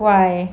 why